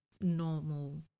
normal